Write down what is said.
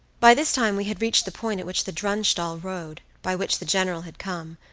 by this time we had reached the point at which the drunstall road, by which the general had come,